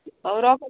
ହଉ ରଖ